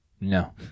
No